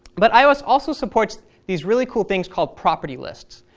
but ios also supports these really cool things called property lists,